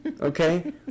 Okay